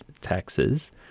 taxes